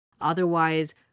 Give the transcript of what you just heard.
Otherwise